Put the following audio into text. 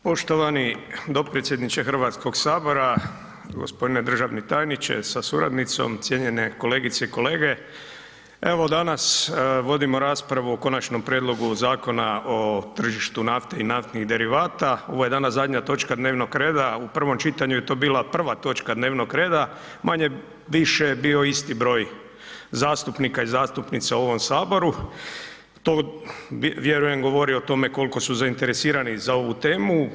Poštovani dopredsjedniče Hrvatskog sabora, gospodine državni tajniče sa suradnicom, cijenjene kolegice i kolege, evo danas vodimo raspravu o Konačnom prijedlogu Zakona o tržištu nafte i naftnih derivata, ovo je danas zadnja točka dnevnog reda u prvom čitanju je to bila prva točka dnevnog reda, manje-više je bio isti broj zastupnika i zastupnica u ovom saboru, to vjerujem govori o tome koliko su zainteresirani za ovu temu.